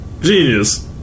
genius